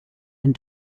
and